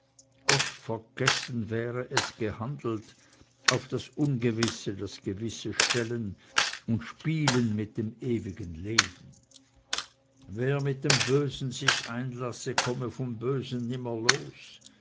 gottvergessen wäre es gehandelt auf das ungewisse das gewisse stellen und spielen mit dem ewigen leben wer mit dem bösen sich einlasse komme vom bösen nimmer los